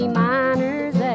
miners